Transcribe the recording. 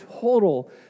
total